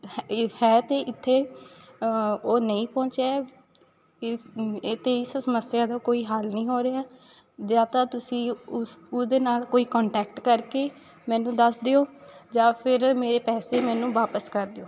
ਅ ਹੈ ਅਤੇ ਇੱਥੇ ਉਹ ਨਹੀਂ ਪਹੁੰਚਿਆ ਇਸ ਇਹਤੇ ਇਸ ਸਮੱਸਿਆ ਦਾ ਕੋਈ ਹੱਲ ਨਹੀਂ ਹੋ ਰਿਹਾ ਜਾਂ ਤਾਂ ਤੁਸੀਂ ਉਸ ਉਹਦੇ ਨਾਲ ਕੋਈ ਕੰਟੈਕਟ ਕਰਕੇ ਮੈਨੂੰ ਦੱਸ ਦਿਓ ਜਾਂ ਫਿਰ ਮੇਰੇ ਪੈਸੇ ਮੈਨੂੰ ਵਾਪਸ ਕਰ ਦਿਓ